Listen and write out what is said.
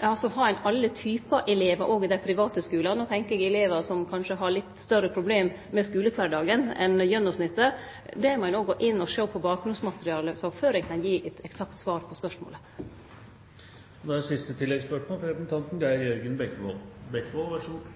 Altså: Har ein alle typar elevar òg i dei private skulane? Då tenkjer eg på elevar som kanskje har litt større problem med skulekvardagen enn gjennomsnittet. Der må ein òg gå inn og sjå på bakgrunnsmaterialet før ein kan gi eit eksakt svar på spørsmålet. Geir Jørgen Bekkevold –